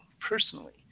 personally